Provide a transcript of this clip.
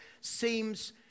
seems